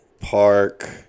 Park